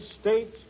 States